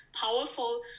powerful